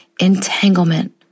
entanglement